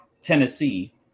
Tennessee